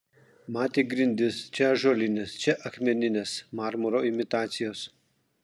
matė grindis čia ąžuolines čia akmenines marmuro imitacijos